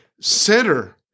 center